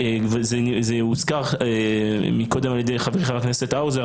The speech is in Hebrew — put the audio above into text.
זה הוזכר מקודם על ידי חברי חבר הכנסת האוזר.